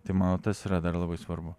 tai manau tas yra dar labai svarbu